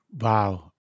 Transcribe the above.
Wow